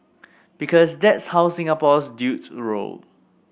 because that's how Singaporean dudes roll